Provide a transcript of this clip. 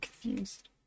confused